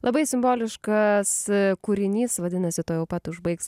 labai simboliškas kūrinys vadinasi tuojau pat užbaigs